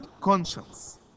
conscience